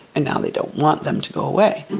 and now they don't want them to go away.